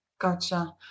gotcha